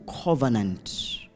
covenant